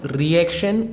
reaction